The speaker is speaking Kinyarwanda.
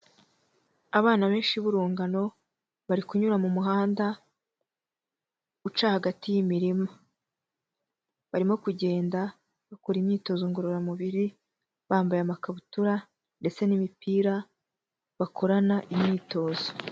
Abana benshi b'urungano bari kunyura mu muhanda uca hagati y'imirima, barimo kugenda bakora imyitozo ngororamubiri bambaye amakabutura ndetse n'imipira bakorana imyitozo.